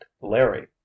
Larry